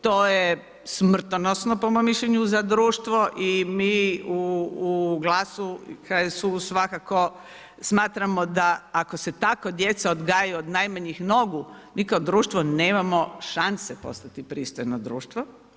to je smrtonosno po mom mišljenju za društvo i mi u GLAS-u i HSU-u svakako smatramo da ako se tako djeca odgajaju od najmanjih nogu, mi kao društvo nemamo šanse postati pristojno društvo.